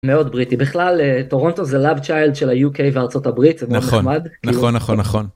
מאוד בריטי. בכלל, טורונטו זה love child של הUK וארצות הברית, זה מאוד נחמד... נכון. נכון נכון נכון.